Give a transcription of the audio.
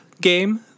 game